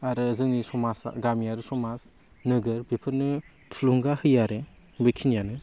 आरो जोंनि समाज गामि आरो समाज नोगोर बेफोरनो थुलुंगा होयो आरो बे खिनियानो